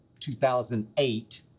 2008